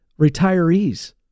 retirees